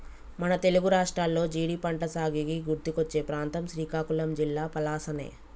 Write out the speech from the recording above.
మన తెలుగు రాష్ట్రాల్లో జీడి పంటసాగుకి గుర్తుకొచ్చే ప్రాంతం శ్రీకాకుళం జిల్లా పలాసనే